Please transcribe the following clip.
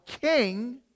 king